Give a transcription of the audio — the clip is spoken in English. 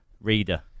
reader